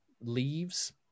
leaves